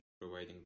providing